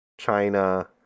china